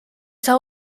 saa